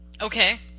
Okay